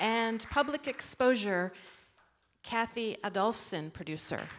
and public exposure kathy at dulce and producer